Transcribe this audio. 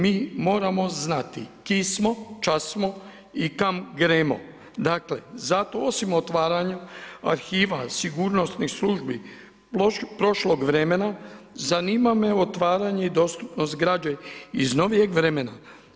Mi moramo znati ki smo i ča smo i kam gremo, dakle zato osim o otvaranju arhiva sigurnosnih službi prošlog vremena, zanima me otvaranje i dostupnost građe iz novijeg vremena.